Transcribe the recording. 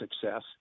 success